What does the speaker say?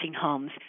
homes